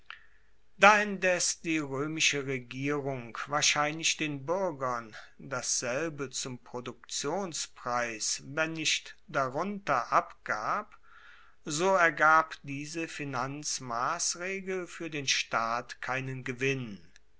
da indes die roemische regierung wahrscheinlich den buergern dasselbe zum produktionspreis wenn nicht darunter abgab so ergab diese finanzmassregel fuer den staat keinen gewinn